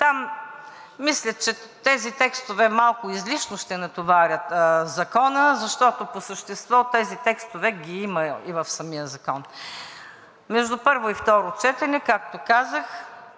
Там мисля, че тези текстове малко излишно ще натоварят Закона, защото по същество тези текстове ги има и в самия закон. Между първо и второ четене, както казах,